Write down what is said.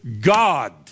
God